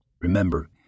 Remember